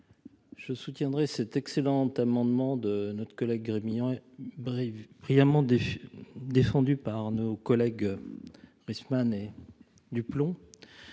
Je voterai cet excellent amendement de notre collègue Gremillet, brillamment défendu par nos collègues Rietmann et Duplomb,